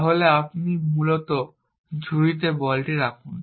তাহলে আপনি মূলত ঝুড়িতে বল রাখুন